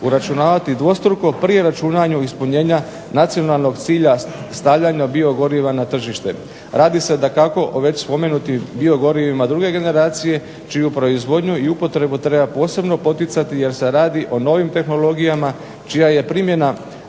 uračunavati dvostruko pri računanju ispunjenja nacionalnog cilja stavljanja biogoriva na tržište. Radi se dakako o već spomenutim biogorivima druge generacije čiju proizvodnju i upotrebu treba posebno poticati jer se radi o novim tehnologijama čija je primjena